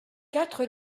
quatre